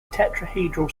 tetrahedral